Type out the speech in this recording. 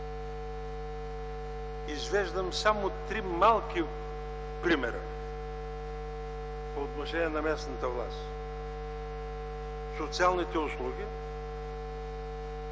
Извеждам само три малки примера по отношение на местната власт: социалните услуги,